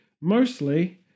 mostly